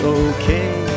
okay